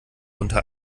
unter